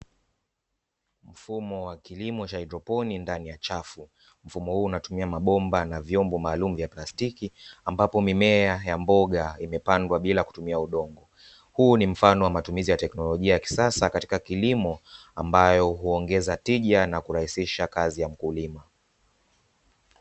Mfumo wa kilimo cha haedroponi ndani ya chafu. Mfumo huu unatumia mabomba na vyombo maalumu vya plastiki ambapo imea ya mboga imepandwa bila kutumia udongo. Huu ni mfano wa matumizi ya teknolojia ya kisasa katika kilimo ambayo huongeza tija na kurahisisha kazi ya kulima.